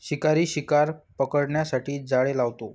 शिकारी शिकार पकडण्यासाठी जाळे लावतो